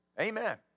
Amen